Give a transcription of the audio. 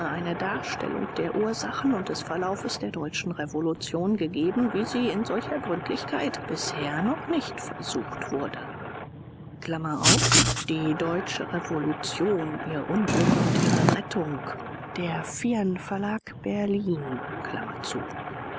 eine darstellung der ursachen und des verlaufes der deutschen revolution gegeben wie sie in solcher gründlichkeit bisher noch nicht versucht wurde